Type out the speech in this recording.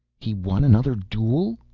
he won another duel,